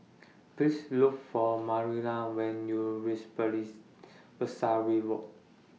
Please Look For Marilla when YOU REACH Pesari Walk